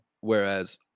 Whereas